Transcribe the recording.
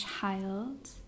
Child